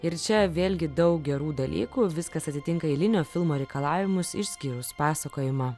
ir čia vėlgi daug gerų dalykų viskas atitinka eilinio filmo reikalavimus išskyrus pasakojimą